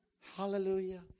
Hallelujah